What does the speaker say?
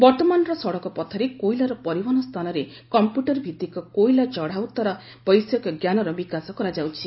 ବର୍ତ୍ତମାନର ସଡ଼କପଥରେ କୋଇଲାର ପରିବହନ ସ୍ଥାନରେ କମ୍ପ୍ୟଟର ଭିତ୍ତିକ କୋଇଲା ଚଢ଼ା ଉତ୍ତରା ବୈଷୟିକ ଜ୍ଞାନର ବିକାଶ କରାଯାଉଛି